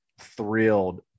thrilled